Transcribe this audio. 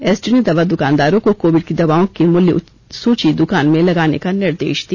SDO ने दवा दुकानदारों को कोविड की दवाओं की मूल्य सूची दुकान में लगाने का निर्देश दिया